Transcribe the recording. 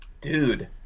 dude